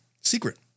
secret